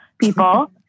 people